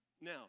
Now